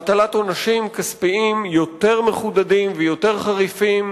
הטלת עונשים כספיים יותר מחודדים ויותר חריפים